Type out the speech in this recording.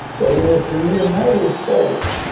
but it is the united states.